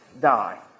die